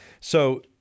So-